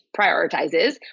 prioritizes